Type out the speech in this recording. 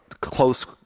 close